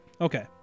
Okay